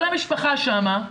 כל המשפחה שם,